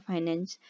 Finance